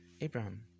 Abraham